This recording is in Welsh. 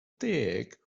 deg